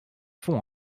font